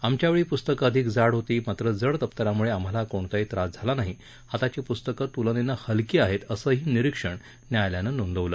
आमच्या वेळी प्स्तकं अधिक जाड होती मात्र जड दप्तरामुळे आम्हाला कोणताही त्रास झाला नाही आताची प्स्तकं तूलनेनं हलकी आहेत असं निरीक्षणही न्यायालयानं नोंदवलं